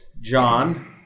John